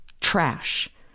trash